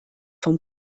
vom